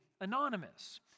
anonymous